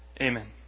Amen